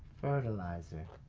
fertilizer.